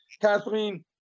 Kathleen